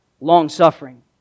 long-suffering